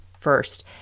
First